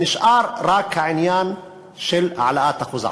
נשאר רק העניין של העלאת אחוז החסימה.